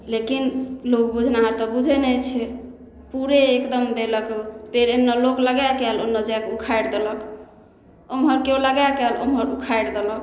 लेकिन लोग बुझनाहर तऽ बुझै नहि छै पूरे एकदम देलक पेड़ एने लोक लगाकऽ आयल ओने जाकऽ उखाड़ि देलक उमहर केओ लगाकऽ आयल उमहर उखाड़ि देलक